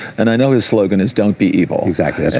and i know his slogan is don't be evil. exactly, that's